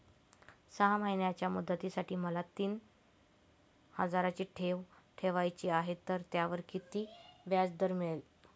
सहा महिन्यांच्या मुदतीसाठी मला तीस हजाराची ठेव ठेवायची आहे, तर त्यावर किती व्याजदर मिळेल?